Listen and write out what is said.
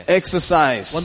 exercise